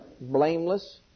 blameless